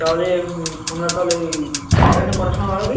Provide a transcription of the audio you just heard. তাহলে আমরা তাহলে এখান থেকে কটার সময় বার হবি